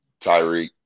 Tyreek